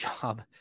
job